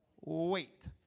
Wait